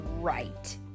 right